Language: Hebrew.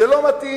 זה לא מתאים